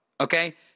Okay